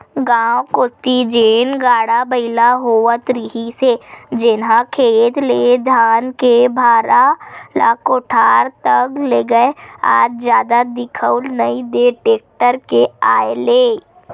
गाँव कोती जेन गाड़ा बइला होवत रिहिस हे जेनहा खेत ले धान के भारा ल कोठार तक लेगय आज जादा दिखउल नइ देय टेक्टर के आय ले